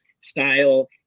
style